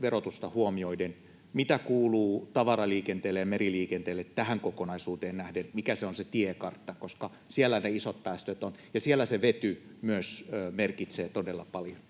verotus huomioiden. Mitä kuuluu tavaraliikenteelle ja meriliikenteelle tähän kokonaisuuteen nähden? Mikä on se tiekartta, koska siellä ne isot päästöt ovat ja siellä se vety myös merkitsee todella paljon?